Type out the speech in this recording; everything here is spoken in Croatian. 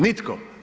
Nitko.